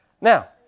Now